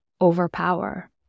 overpower